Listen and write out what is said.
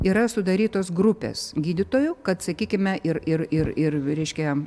yra sudarytos grupės gydytojų kad sakykime ir ir ir ir reiškia